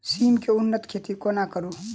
सिम केँ उन्नत खेती कोना करू?